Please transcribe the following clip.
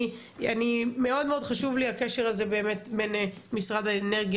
אני מאוד מאוד חשוב לי הקשר הזה באמת בין משרד האנרגיה